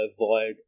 avoid